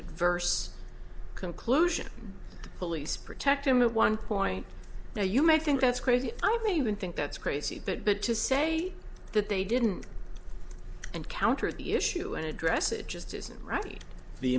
adverse conclusion please protect him at one point now you may think that's crazy i may even think that's crazy but but to say that they didn't and counter the issue and address it just isn't right the